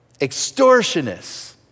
extortionists